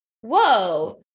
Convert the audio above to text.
whoa